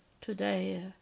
today